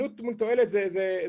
בעלות מול תועלת זה נדיר,